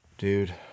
Dude